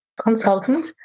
consultant